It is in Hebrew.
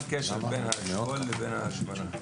הרשימה הערבית המאוחדת): אין קשר בין האשכול לבין ההשמנה.